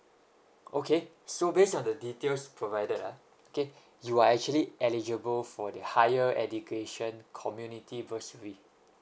okay so based on the details provided ah okay you are actually eligible for the higher education community bursary